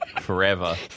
forever